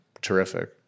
terrific